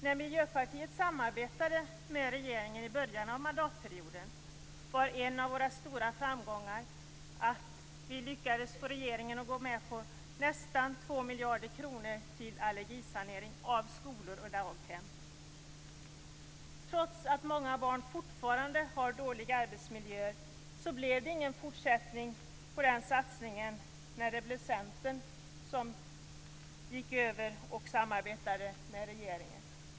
När Miljöpartiet samarbetade med regeringen i början av mandatperioden var en av våra stora framgångar att vi lyckades få regeringen att ge nästan 2 miljarder kronor till allergisanering av skolor och daghem. Trots att många barn fortfarande har dåliga arbetsmiljöer blev det ingen fortsättning på den satsningen när Centern gick över och började samarbeta med regeringen.